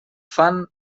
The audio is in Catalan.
fan